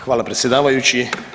Hvala predsjedavajući.